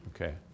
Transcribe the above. Okay